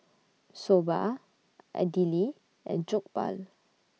Soba Idili and Jokbal